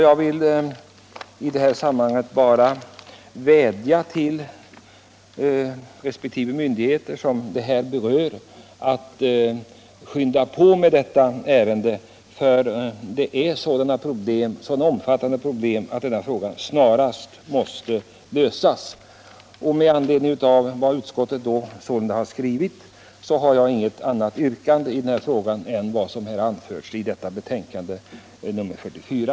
Jag vill i sammanhanget bara vädja till resp. myndigheter som berörs att skynda på med ärendet, för problemen är så omfattande att frågan snarast måste lösas. Med anledning av vad utskottet sålunda skrivit har jag inget annat yrkande än om bifall till utskottets förslag i betänkandet nr 44.